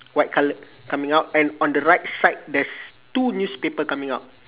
white colour coming out and on the right side there's two newspaper coming out